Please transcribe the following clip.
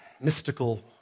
mystical